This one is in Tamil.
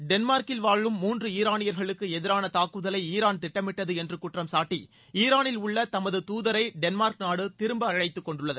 டென்மார்கில் வாழும் மூன்று ஈரானியர்களுக்கு எதிரான தங்குதலை ஈரான் திட்டமிட்டது என்று குற்றம் சாட்டி ஈரானில் உள்ள தமது துதரை டென்மார்க் நாடு திரும்ப அழைத்து கொண்டுள்ளது